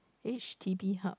h_d_b hub